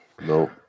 No